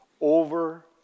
over